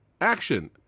Action